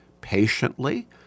patiently